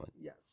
Yes